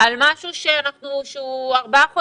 על משהו שהוא ארבעה חודשים,